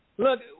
Look